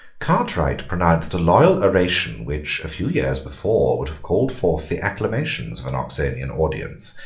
cartwright pronounced a loyal oration which, a few years before, would have called forth the acclamations of an oxonian audience,